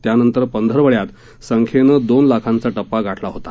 त्यानंतर पंधरवड्यात संख्येनं दोन लाखांचा टप्पा गाठला होता